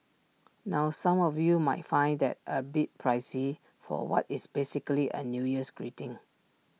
now some of you might find that A bit pricey for what is basically A new year's greeting